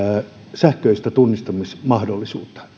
sähköistä tunnistautumismahdollisuutta